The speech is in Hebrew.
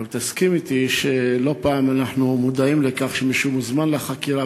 אבל תסכים אתי שלא פעם אנחנו מודעים לכך שמישהו מוזמן לחקירה,